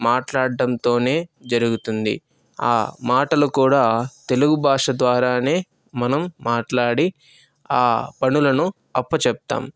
మాట్లాడ్డంతోనే జరుగుతుంది ఆ మాటలు కూడా తెలుగు భాష ద్వారానే మనం మాట్లాడి ఆ పనులను అప్పచెప్తామ్